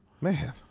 man